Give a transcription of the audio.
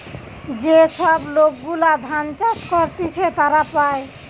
যে সব লোক গুলা ধান চাষ করতিছে তারা পায়